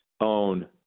own